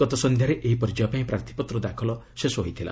ଗତ ସଂଧ୍ୟାରେ ଏହି ପର୍ଯ୍ୟାୟ ପାଇଁ ପ୍ରାର୍ଥୀପତ୍ର ଦାଖଲ ଶେଷ ହୋଇଥିଲା